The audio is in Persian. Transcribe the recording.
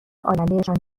آیندهشان